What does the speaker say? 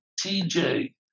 TJ